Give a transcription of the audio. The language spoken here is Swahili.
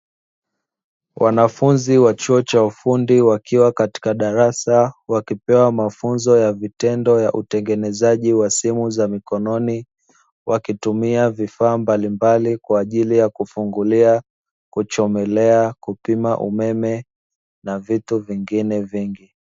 Wanafunzi wa chuo cha ufundi wakiwa katika darasa, wakipewa mafunzo ya vitendo ya utengenezaji wa simu za mikononi wakitumia vifaa mbalimbali kwa ajili ya kufungulia, kuchomelea, kupima umeme na vitu vingine vingi.